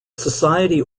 society